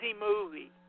movie